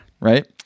Right